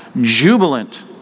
jubilant